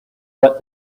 what